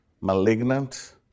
malignant